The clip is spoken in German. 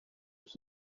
ich